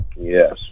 Yes